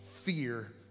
fear